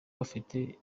bafite